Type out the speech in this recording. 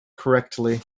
correctly